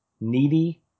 needy